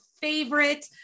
favorite